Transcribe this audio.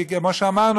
כי כמו שאמרנו,